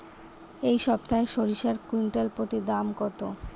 এই সপ্তাহে সরিষার কুইন্টাল প্রতি দাম কত?